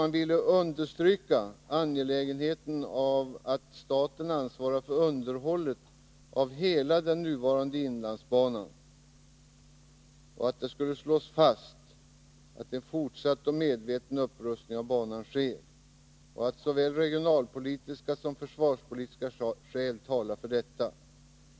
Man ville ”understryka angelägenheten av att statens ansvar för underhållet av hela den nuvarande inlandsbanan slås fast och att en fortsatt medveten upprustning av banan sker. Såväl regionalpolitiska som försvarspolitiska skäl talar för detta.